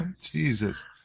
Jesus